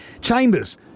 Chambers